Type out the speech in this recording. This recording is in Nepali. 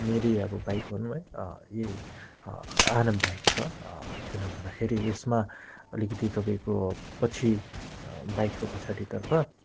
मेरै अब बाइक भनौँ न अँ यही आरामदायक छ किन भन्दाखेरि यसमा अलिकति तपाईँको पछि बाइकको पछाडितर्फ